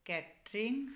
catering